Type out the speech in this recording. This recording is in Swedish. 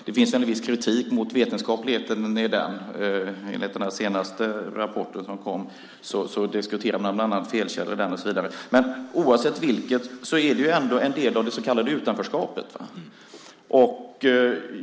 Det finns viss kritik mot vetenskapligheten i den, enligt den senaste rapport som har kommit. Där diskuterar man bland annat felkällor. Men oavsett vilket är detta en del av det så kallade utanförskapet.